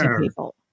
people